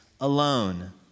alone